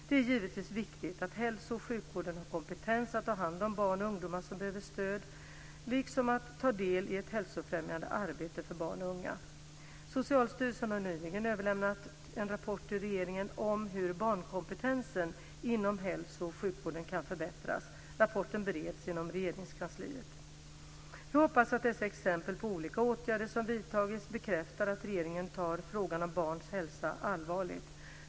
Det är givetvis viktigt att hälso och sjukvården har kompetens att ta hand om barn och ungdomar som behöver stöd, liksom att ta del i ett hälsofrämjande arbete för barn och unga. Socialstyrelsen har nyligen överlämnat en rapport till regeringen om hur barnkompetensen inom hälso och sjukvården kan förbättras. Rapporten bereds inom Regeringskansliet. Jag hoppas att dessa exempel på olika åtgärder som vidtagits bekräftar att regeringen tar frågan om barns hälsa allvarligt.